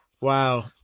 Wow